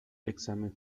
examen